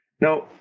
Now